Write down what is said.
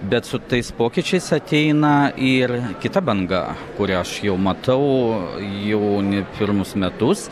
bet su tais pokyčiais ateina ir kita banga kurią aš jau matau jau ne pirmus metus